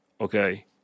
okay